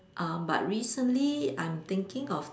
um but recently I'm thinking of